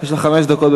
יש לך חמש דקות.